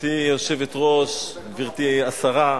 גברתי היושבת-ראש, גברתי השרה,